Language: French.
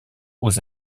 aux